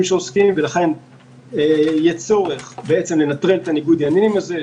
שעוסקים שקשורים בנושא ולכן יהיה צורך לנטרל את ניגוד העניינים הזה,